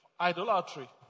idolatry